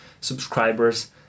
subscribers